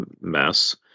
mess